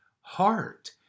heart